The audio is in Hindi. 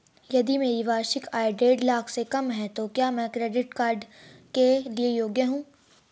यदि मेरी वार्षिक आय देढ़ लाख से कम है तो क्या मैं क्रेडिट कार्ड के लिए योग्य हूँ?